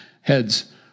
Heads